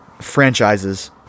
franchises